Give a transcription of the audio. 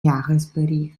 jahresbericht